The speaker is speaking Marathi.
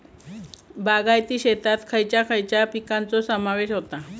बागायती शेतात खयच्या खयच्या पिकांचो समावेश होता?